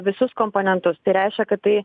visus komponentus tai reiškia kad tai